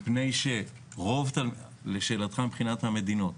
לשאלת הפילוח,